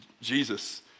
Jesus